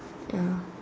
ya